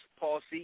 policy